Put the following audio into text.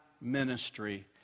ministry